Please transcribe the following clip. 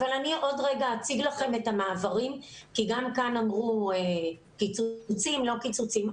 עוד רגע אני אציג לכם את המעברים כי גם כאן אמרו קיצוצים או לא קיצוצים.